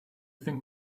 think